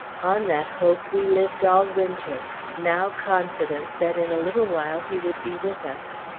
on that hope we lived all winter now confident that in a little while he would be with us,